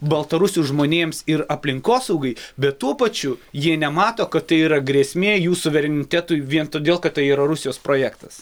baltarusių žmonėms ir aplinkosaugai bet tuo pačiu jie nemato kad tai yra grėsmė jų suverenitetui vien todėl kad tai yra rusijos projektas